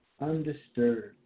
undisturbed